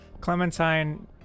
Clementine